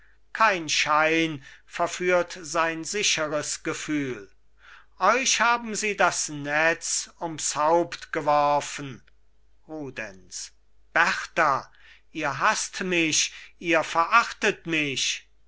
kein schein verführt sein sicheres gefühl euch haben sie das netz ums haupt geworfen rudenz berta ihr hasst mich ihr verachtet mich